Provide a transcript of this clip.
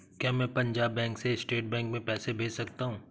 क्या मैं पंजाब बैंक से स्टेट बैंक में पैसे भेज सकता हूँ?